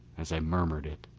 as i murmured it.